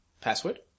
Password